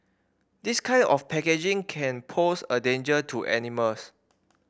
this kind of packaging can pose a danger to animals